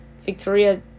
Victoria